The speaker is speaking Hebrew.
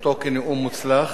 אותו כנאום מוצלח.